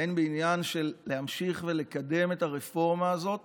הן בעניין של להמשיך ולקדם את הרפורמה הזאת